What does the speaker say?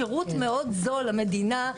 שירות מאוד זול למדינה,